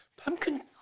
Pumpkin